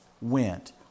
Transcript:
went